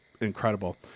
incredible